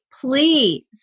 please